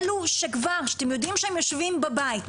אלו שכבר שאתם יודעים שהם יושבים בבית,